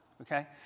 Okay